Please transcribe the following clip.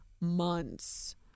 months